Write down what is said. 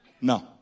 no